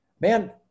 man